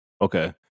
Okay